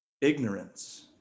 ignorance